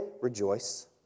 rejoice